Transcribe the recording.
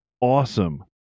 awesome